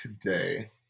today